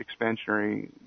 expansionary